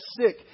sick